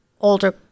older